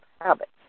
habits